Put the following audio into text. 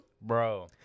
Bro